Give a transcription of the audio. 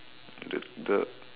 the the